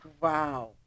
Wow